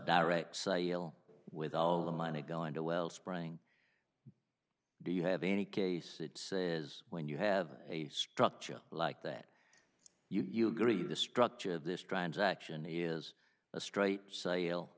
direct sale with all the money going to wellspring do you have any case it is when you have a structure like that you agree the structure of this transaction is a straight sale